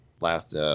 last